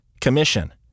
commission